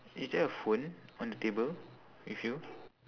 is there a phone on the table with you